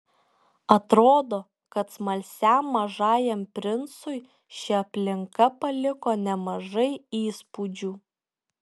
atrodo kad smalsiam mažajam princui ši aplinka paliko nemažai įspūdžių